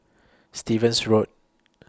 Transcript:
Stevens Road